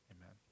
Amen